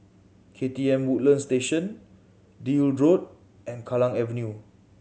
K T M Woodlands Station Deal Road and Kallang Avenue